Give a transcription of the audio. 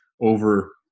over-